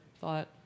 thought